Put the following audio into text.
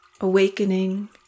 awakening